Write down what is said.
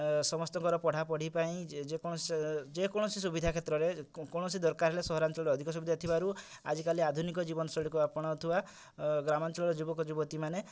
ସମସ୍ତଙ୍କର ପଢ଼ା ପଢ଼ି ପାଇଁ ଯେ କୌଣସି ଯେ କୌଣସି ସୁବିଧା କ୍ଷେତ୍ରରେ କୌଣସି ଦରକାର ହେଲେ ସହରାଞ୍ଚଳ ରେ ଅଧିକା ସୁବିଧା ଥିବାରୁ ଆଜିକାଲି ଆଧୁନିକ ଜୀବନ ଶୈଳୀ କୁ ଆପଣାଉ ଥିବା ଗ୍ରାମାଞ୍ଚଳ ର ଯୁବକ ଯୁବତୀ ମାନେ